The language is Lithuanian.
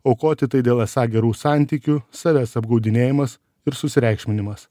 aukoti tai dėl esą gerų santykių savęs apgaudinėjimas ir susireikšminimas